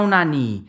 Nani